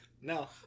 No